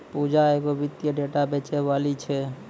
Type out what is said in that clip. पूजा एगो वित्तीय डेटा बेचैबाली छै